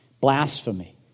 blasphemy